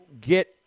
get